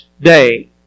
day